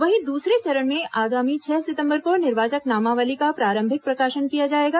वहीं दूसरे चरण में आगामी छह सितंबर को निर्वाचक नामावली का प्रारंभिक प्रकाशन किया जाएगा